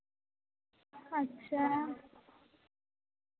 ᱟᱪᱪᱷᱟ